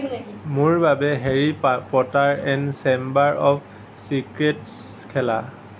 মোৰ বাবে Harry p Potter and Chamber of Secrets খেলা